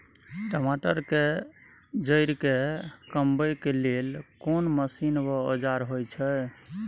टमाटर के जईर के कमबै के लेल कोन मसीन व औजार होय छै?